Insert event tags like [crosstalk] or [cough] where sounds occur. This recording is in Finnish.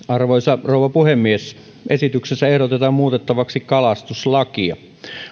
[unintelligible] arvoisa rouva puhemies esityksessä ehdotetaan muutettavaksi kalastuslakia